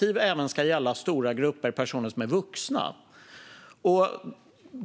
det ska gälla stora grupper personer som är vuxna.